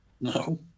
No